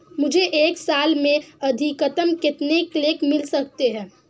मुझे एक साल में अधिकतम कितने क्लेम मिल सकते हैं?